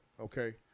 okay